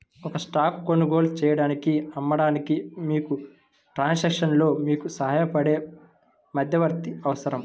ఒక స్టాక్ కొనుగోలు చేయడానికి, అమ్మడానికి, మీకు ట్రాన్సాక్షన్లో మీకు సహాయపడే మధ్యవర్తి అవసరం